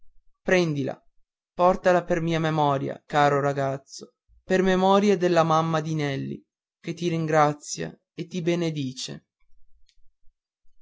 prendila portala per mia memoria caro ragazzo per memoria della mamma di nelli che ti ringrazia e ti benedice